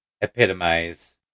epitomize